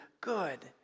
good